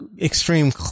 extreme